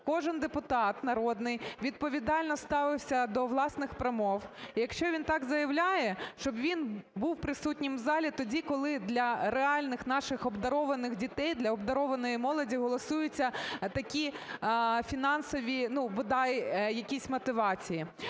кожен депутат народний відповідально ставився до власних промов, якщо він так заявляє, щоб він був присутній в залі тоді, коли для реальних наших обдарованих дітей, для обдарованої молоді, голосуються такі фінансові, ну, бодай якісь мотивації.